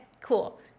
cool